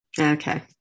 Okay